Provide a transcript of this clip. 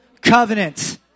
Covenant